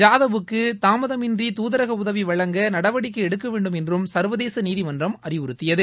ஜாதவ் க்கு தாமதமின்றி தூதரக உதவி வழங்க நடவடிக்கை எடுக்க வேண்டும் என்றும் சா்வதேச நீதிமன்றம் அறிவுறுத்தியது